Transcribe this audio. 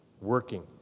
working